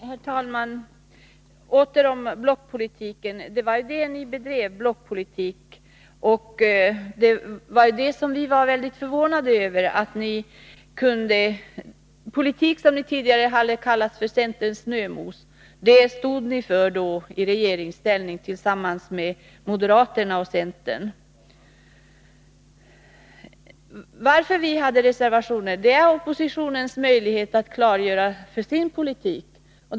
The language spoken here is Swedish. Herr talman! Åter till blockpolitiken! Det var ju blockpolitik ni bedrev. Vi var mycket förvånade över att ni i regeringsställning tillsammans med moderaterna och centern stod för en politik som ni tidigare hade kallat för centerns snömos. Reservationer är oppositionens möjlighet att klargöra sin politik.